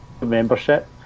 membership